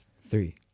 three